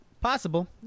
possible